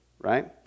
right